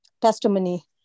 testimony